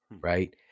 right